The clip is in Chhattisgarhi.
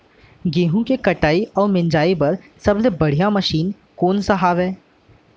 गेहूँ के कटाई अऊ मिंजाई बर सबले बढ़िया मशीन कोन सा हवये?